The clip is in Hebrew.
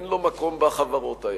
אין לו מקום בחברות האלה.